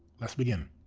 let's begin!